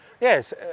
Yes